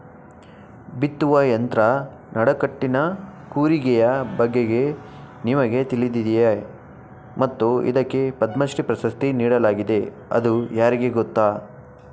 ಬಿತ್ತುವ ಯಂತ್ರ ನಡಕಟ್ಟಿನ ಕೂರಿಗೆಯ ಬಗೆಗೆ ನಿಮಗೆ ತಿಳಿದಿದೆಯೇ ಮತ್ತು ಇದಕ್ಕೆ ಪದ್ಮಶ್ರೀ ಪ್ರಶಸ್ತಿ ನೀಡಲಾಗಿದೆ ಅದು ಯಾರಿಗೆ ಗೊತ್ತ?